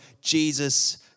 Jesus